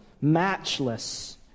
Matchless